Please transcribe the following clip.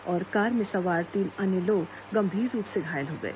वहीं कार में सवार तीन अन्य लोग गंभीर रूप से घायल हो गए